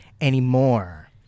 anymore